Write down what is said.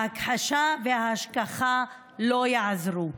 ההכחשה וההשכחה לא יעזרו.